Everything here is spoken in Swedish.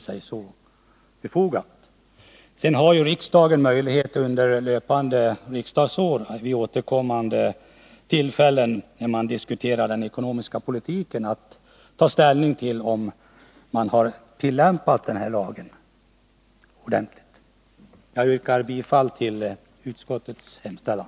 Riksdagen har ju även möjlighet att under löpande riksdagsår, vid de tillfällen då den ekonomiska politiken diskuteras, ta ställning till om lagen tillämpats på ett riktigt sätt. Jag yrkar bifall till utskottets hemställan.